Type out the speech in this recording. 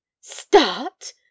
Start